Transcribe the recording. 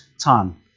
time